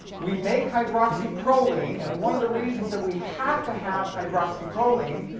we make hydroxyproline and one of the reasons that we have to have hydroxyproline